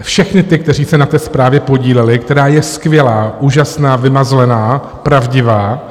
Všechny ty, kteří se na té zprávě podíleli, která je skvělá, úžasná, vymazlená, pravdivá.